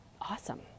awesome